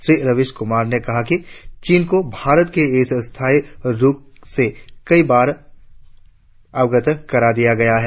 श्री रवीश कुमार ने कहा कि चीन को भारत के इस स्थायी रुख से कई अवसरों पर अवगत करा दिया गया है